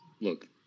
look